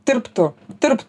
tirptų tirptų